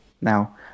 Now